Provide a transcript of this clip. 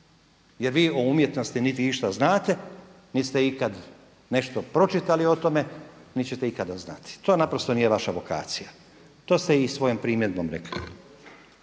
jer vi o umjetnosti niti išta znate niti ste ikad pročitali o tome, niti ćete ikada znati to naprosto nije vaša vokacija, to ste i svojom primjedbom rekli.